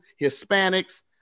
Hispanics